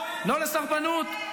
הרסתם את המדינה.